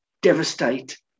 devastate